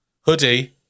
hoodie